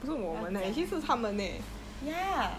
不要讲 ya